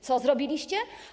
Co zrobiliście?